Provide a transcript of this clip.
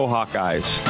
Hawkeyes